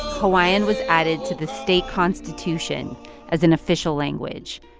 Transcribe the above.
hawaiian was added to the state constitution as an official language,